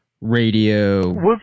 Radio